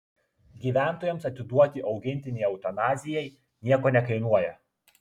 gyventojams atiduoti augintinį eutanazijai nieko nekainuoja